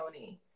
Sony